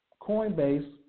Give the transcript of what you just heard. Coinbase